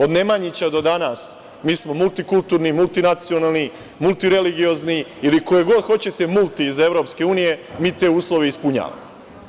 Od Nemanjića do danas mi smo multikulturni, multinacionalni, multireligiozni ili koji god hoćete multi iz EU, mi te uslove ispunjavamo.